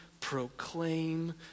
proclaim